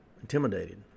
intimidated